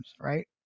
right